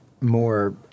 more